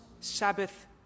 Sabbath